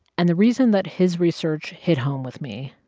and the reason that his research hit home with me.